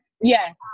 yes